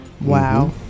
Wow